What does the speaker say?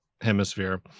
Hemisphere